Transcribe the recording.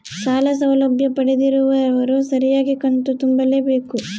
ಸಾಲ ಸೌಲಭ್ಯ ಪಡೆದಿರುವವರು ಸರಿಯಾಗಿ ಕಂತು ತುಂಬಬೇಕು?